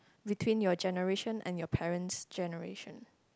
between your generation and your parents' generation